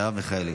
מרב מיכאלי.